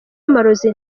amarozi